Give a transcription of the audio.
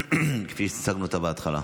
כפי שהצגנו אותה בהתחלה.